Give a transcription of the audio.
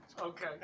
Okay